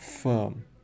firm